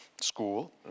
school